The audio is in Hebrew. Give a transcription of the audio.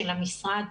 של המשרד,